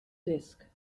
disk